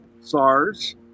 SARS